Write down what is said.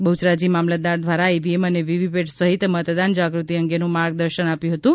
બહુચરાજી મામલતદાર દ્વારા ઇવીએમ અને વીવીપેટ સહિત મતદાન જાગૃતિ અંગેનું માર્ગદર્શન આપ્યું હતું